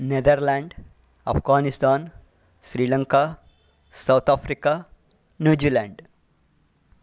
Netherlands Afghanistan Sri Lanka South Africa New Zealand